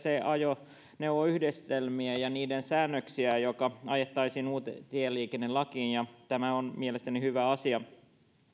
ajoneuvoyhdistelmiä ja niiden säännöksiä jotka ajettaisiin uuteen tieliikennelakiin ja tämä on mielestäni hyvä asia